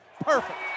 Perfect